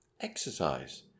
exercise